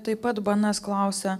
taip pat bns klausia